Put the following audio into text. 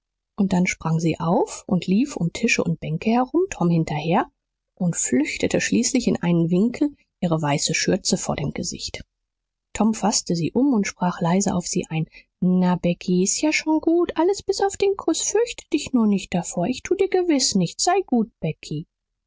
und dann sprang sie auf und lief um tische und bänke herum tom hinterher und flüchtete schließlich in einen winkel ihre weiße schürze vor dem gesicht tom faßte sie um und sprach leise auf sie ein na becky s ist ja schon gut alles bis auf den kuß fürchte dich nur nicht davor ich tu dir gewiß nichts sei gut becky